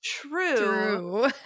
true